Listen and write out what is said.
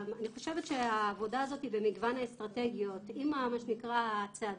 אני חושבת שהעבודה הזאת במגוון האסטרטגיות עם הצעדים,